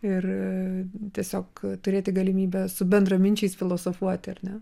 ir tiesiog turėti galimybę su bendraminčiais filosofuoti ar ne